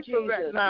Jesus